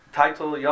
title